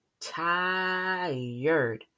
tired